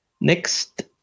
next